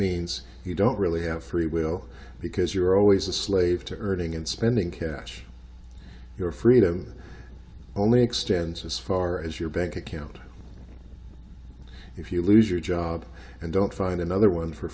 means you don't really have free will because you're always a slave to earning and spending cash your freedom only extends as far as your bank account if you lose your job and don't find another one for